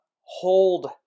hold